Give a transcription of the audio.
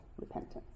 repentance